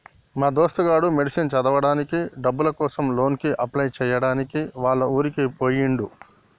మా దోస్తు గాడు మెడిసిన్ చదవడానికి డబ్బుల కోసం లోన్ కి అప్లై చేయడానికి వాళ్ల ఊరికి పోయిండు